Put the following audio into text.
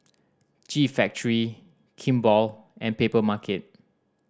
G Factory Kimball and Papermarket